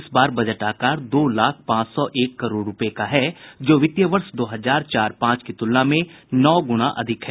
इस बार बजट आकार दो लाख पांच सौ एक करोड़ रुपये का है जो वित्तीय वर्ष दो हजार चार पांच की तुलना में नौ गुणा अधिक है